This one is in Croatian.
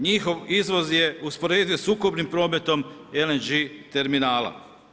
Njihov izvoz je usporediv sa ukupnim prometom LNG terminala.